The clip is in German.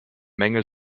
mängel